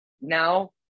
now